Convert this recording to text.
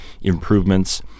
improvements